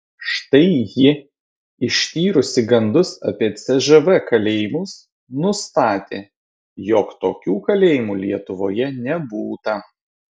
štai ji ištyrusi gandus apie cžv kalėjimus nustatė jog tokių kalėjimų lietuvoje nebūta